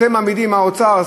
האוצר,